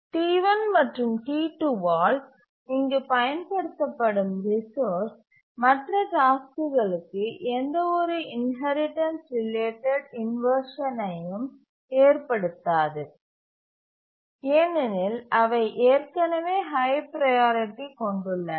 T1 மற்றும் T2ஆல் இங்கு பயன்படுத்தப்படும் ரிசோர்ஸ் மற்ற டாஸ்க்குகளுக்கு எந்தவொரு இன்ஹெரிடன்ஸ் ரிலேட்டட் இன்வர்ஷனையும் ஏற்படுத்தாது ஏனெனில் அவை ஏற்கனவே ஹய் ப்ரையாரிட்டி கொண்டுள்ளன